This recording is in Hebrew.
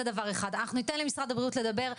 אנחנו ניתן למשרד הבריאות לדבר,